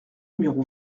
numéro